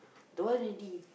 don't want already